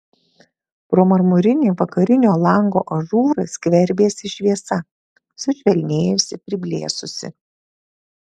pro marmurinį vakarinio lango ažūrą skverbėsi šviesa sušvelnėjusi priblėsusi